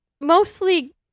mostly